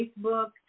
Facebook